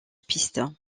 piste